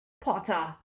Potter